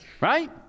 Right